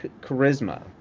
charisma